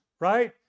right